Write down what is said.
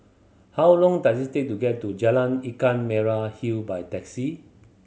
how long does it take to get to Jalan Ikan Merah Hill by taxi